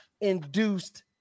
Induced